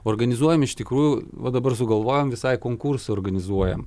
organizuojam iš tikrųjų va dabar sugalvojom visai konkursą organizuojam